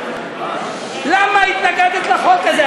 למה התנגדת לחוק הזה?